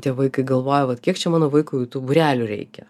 tie vaikai galvoja vat kiek čia mano vaikui tų būrelių reikia